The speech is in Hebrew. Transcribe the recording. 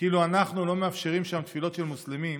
כאילו אנחנו לא מאפשרים שם תפילות של מוסלמים,